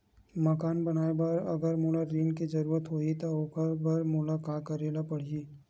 मकान बनाये बर अगर मोला ऋण के जरूरत होही त ओखर बर मोला का करे ल पड़हि?